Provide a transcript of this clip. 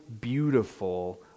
beautiful